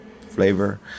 flavor